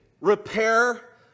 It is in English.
repair